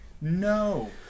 no